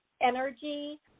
energy